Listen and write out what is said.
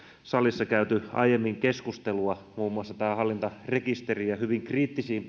salissa käyty aiemmin keskustelua muun muassa hallintarekisteriin liittyen hyvin kriittisin